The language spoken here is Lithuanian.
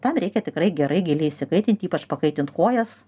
tam reikia tikrai gerai giliai įsikaitint ypač pakaitint kojas